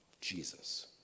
Jesus